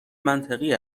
منطقی